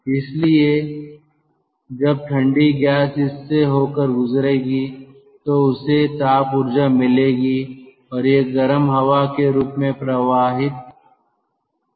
इसलिए जब ठंडी गैस इस से होकर गुजरेगी तो उसे ताप ऊर्जा मिलेगी और यह गर्म हवा के रूप में बाहर आ जाएगा